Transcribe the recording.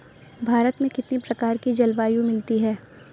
भारत में कितनी प्रकार की जलवायु मिलती है?